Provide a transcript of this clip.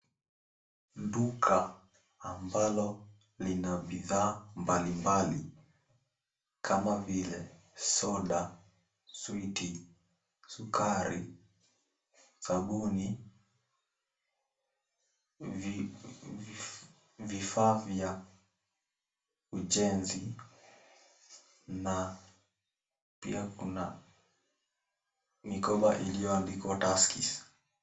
Duka ambalo lina bidhaa mbalimbali kama vile soda, switi, sukari, sabuni, vifaa vya ujenzi na pia kuna mikoba iliyoandikwa Tuskeys.